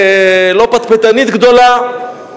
לא פטפטנית גדולה,